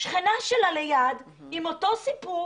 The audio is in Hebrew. שכנה שלה ליד עם אותו סיפור,